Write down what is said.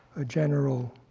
a general